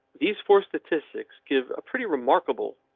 these four statistics give a pretty remarkable.